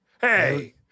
Hey